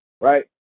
right